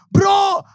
Bro